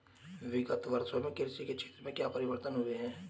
विगत वर्षों में कृषि के क्षेत्र में क्या परिवर्तन हुए हैं?